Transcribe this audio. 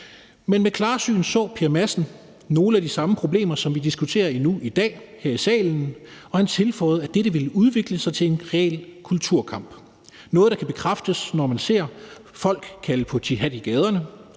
Men med klarsyn så Per Madsen nogle af de samme problemer, som vi diskuterer endnu i dag her i salen, og han tilføjede, at dette ville udvikle sig til en ren kulturkamp. Det er noget, som kan bekræftes, når man ser folk kalde på jihad i gaderne,